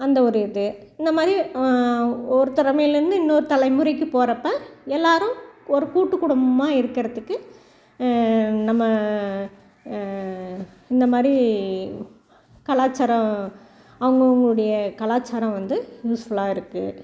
அந்த ஒரு இது இந்த மாதிரி ஒரு தலைமுறையிலேருந்து இன்னொரு தலைமுறைக்கு போகிறப்ப எல்லாேரும் ஒரு கூட்டு குடும்பமாக இருக்கிறதுக்கு நம்ம இந்த மாதிரி கலாச்சாரம் அவுங்கவங்களுடைய கலாச்சாரம் வந்து யூஸ்ஃபுல்லாக இருக்குது